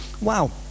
Wow